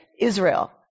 israel